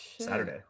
Saturday